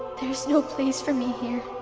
there is no place for me here.